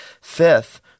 Fifth